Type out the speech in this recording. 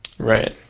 Right